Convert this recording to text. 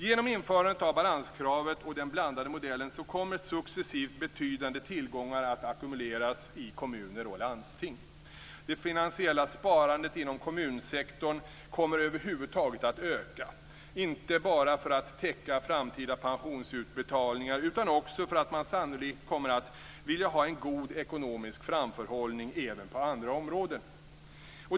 Genom införandet av balanskravet och den blandade modellen kommer successivt betydande tillgångar att ackumuleras i kommuner och landsting. Det finansiella sparandet inom kommunsektorn kommer över huvud taget att öka, inte bara för att täcka framtida pensionsutbetalningar utan också för att man sannolikt kommer att vilja ha en god ekonomisk framförhållning även på andra områden.